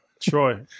Troy